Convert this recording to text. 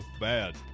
Bad